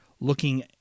looking